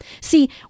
See